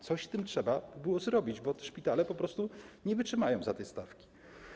Coś z tym trzeba by było zrobić, bo szpitale po prostu nie wytrzymają tych stawek.